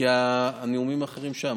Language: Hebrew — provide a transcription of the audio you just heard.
כי הנאומים האחרים שם,